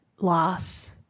loss